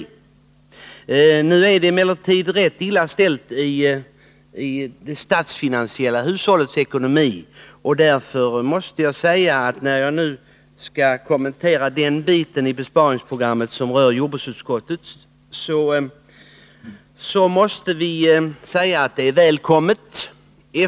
Det är emellertid rätt illa ställt med det statliga hushållets ekonomi, och när jag nu skall kommentera den del av besparingsprogrammet som rör jordbruksutskottet måste jag därför säga att utskottet anser att förslaget är välkommet.